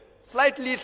Slightly